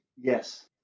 Yes